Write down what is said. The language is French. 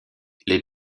les